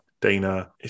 Dana